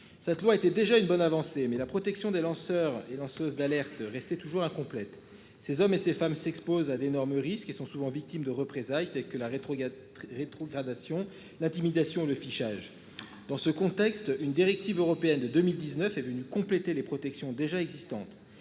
Cette loi était déjà une bonne avancée, mais la protection des lanceurs et lanceuses d'alerte restait toujours incomplète. Ces hommes et ces femmes s'expose à d'énormes risques et sont souvent victimes de représailles et que la. Rétrogradation l'intimidation de fichage. Dans ce contexte, une directive européenne de 2019 est venu compléter les protections déjà existantes.